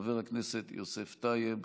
חבר הכנסת יוסף טייב,